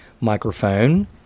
microphone